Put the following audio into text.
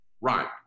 Right